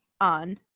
on